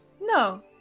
No